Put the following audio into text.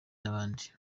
n’abandi